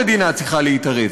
המדינה צריכה להתערב.